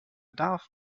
darf